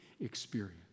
experience